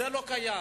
זה לא קיים.